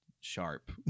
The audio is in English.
sharp